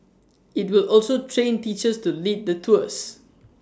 IT will also train teachers to lead the tours